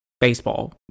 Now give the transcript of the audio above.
baseball